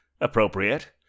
appropriate